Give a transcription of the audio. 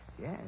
yes